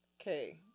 Okay